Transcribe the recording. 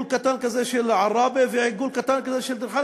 קטן של עראבה ועיגול קטן כזה של דיר-חנא,